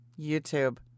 YouTube